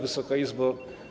Wysoka Izbo!